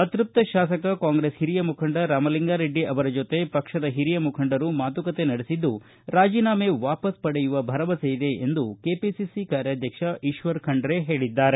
ಅತೃಪ್ತ ಶಾಸಕ ಕಾಂಗ್ರೆಸ್ ಹಿರಿಯ ಮುಖಂಡ ರಾಮಲಿಂಗಾರೆಡ್ಡಿ ಅವರ ಜೊತೆ ಪಕ್ಷದ ಹಿರಿಯ ಮುಖಂಡರು ಮಾತುಕತೆ ನಡೆಸಿದ್ದು ರಾಜೀನಾಮೆ ವಾಪಸ್ ಪಡೆಯುವ ಭರವಸ್ ಇದೆ ಎಂದು ಕೆಪಿಸಿಸಿ ಕಾರ್ಯಾಧಕ್ಷ ಈಶ್ವರ್ ಖಂಡ್ರೆ ಹೇಳಿದ್ದಾರೆ